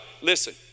Listen